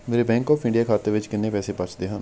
ਮੇਰੇ bank of India ਖਾਤੇ ਵਿੱਚ ਕਿੰਨੇ ਪੈਸੇ ਬਚਦੇ ਹਨ